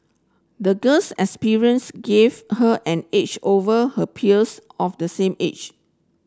the girl's experience gave her an edge over her peers of the same age